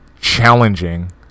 challenging